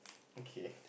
okay